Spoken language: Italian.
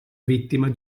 vittima